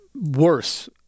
Worse